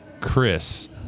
Chris